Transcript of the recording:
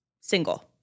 single